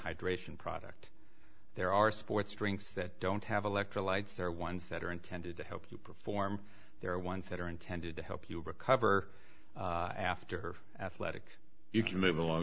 hydration product there are sports drinks that don't have electrolytes are ones that are intended to help you perform there are ones that are intended to help you recover after athletic you can move along